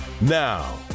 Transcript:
Now